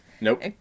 nope